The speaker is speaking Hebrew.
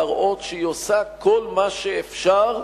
להראות שהיא עושה כל מה שאפשר,